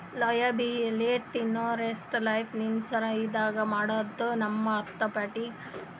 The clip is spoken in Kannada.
ಲಯಾಬಿಲಿಟಿ ಇನ್ಶೂರೆನ್ಸ್ ಲೈಫ್ ಇನ್ಶೂರೆನ್ಸ್ ದಾಗ್ ಮಾಡ್ಸೋವಾಗ್ ನಮ್ಗ್ ಥರ್ಡ್ ಪಾರ್ಟಿ ಅಪೊಸಿಟ್ ಪ್ರೊಟೆಕ್ಟ್ ಮಾಡ್ತದ್